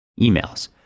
emails